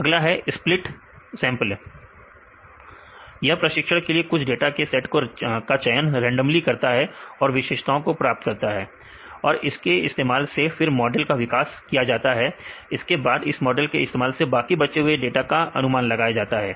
अगला है split sample यह प्रशिक्षण के लिए कुछ डाटा के सेट को चयन रेंडम करता है और विशेषताओं को प्राप्त करता है और इसके इस्तेमाल से फिर मॉडल का विकास करता है इसके बाद इस मॉडल के इस्तेमाल से बाकी बचे हुए डाटा को अनुमानित करता है